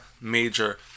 major